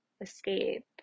escape